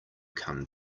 come